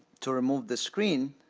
to remove the screen,